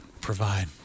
provide